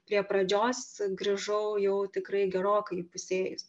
prie pradžios grįžau jau tikrai gerokai įpusėjus